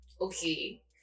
okay